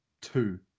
two